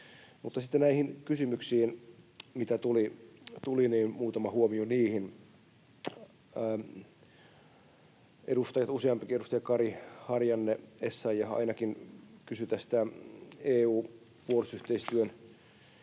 näihin kysymyksiin, mitä tuli. Useampikin edustaja — Kari, Harjanne, Essayah ainakin — kysyi EU:n puolustusyhteistyön